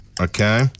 Okay